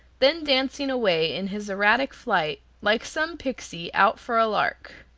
then dancing away in his erratic flight, like some pixy out for a lark.